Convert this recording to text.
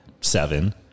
seven